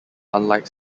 unlike